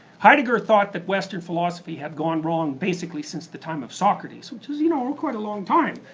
heidegger thought that western philosophy had gone wrong basically since the time of socrates which is you know quite a long time.